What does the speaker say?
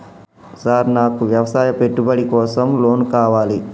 Sir నాకు వ్యవసాయ పెట్టుబడి కోసం లోన్ కావాలి?